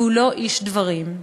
והוא לא איש דברים.